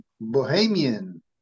Bohemian